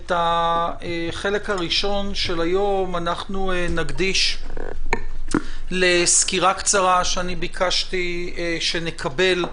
את החלק הראשון של היום אנחנו נקדיש לסקירה קצרה שביקשתי שנקבל,